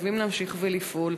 וחייבים להמשיך ולפעול.